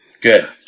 Good